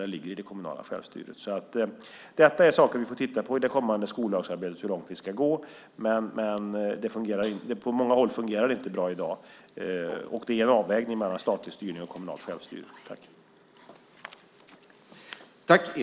Det ligger i det kommunala självstyret. Vi får i det kommande skollagsarbetet titta på hur långt vi ska gå, men på många håll fungerar det inte bra i dag. Det är en avvägning mellan statlig styrning och kommunalt självstyre.